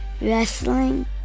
Wrestling